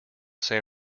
san